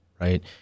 right